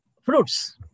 Fruits